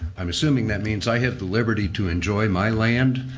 um assuming that means i have the liberty to enjoy my land.